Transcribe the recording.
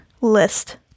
list